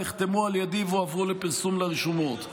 נחתמו על ידי והועברו לפרסום לרשומות.